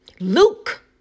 Luke